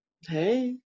Hey